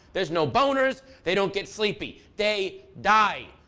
there's no boners, they don't get sleepy they. die!